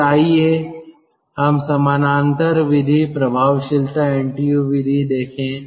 फिर आइए हम समानांतर विधि प्रभावशीलता NTU विधि देखें